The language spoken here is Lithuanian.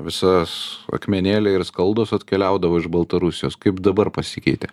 visas akmenėliai ir skaldos atkeliaudavo iš baltarusijos kaip dabar pasikeitė